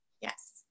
Yes